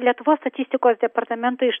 lietuvos statistikos departamento iš